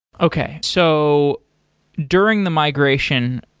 okay, so during the migration,